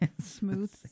smooth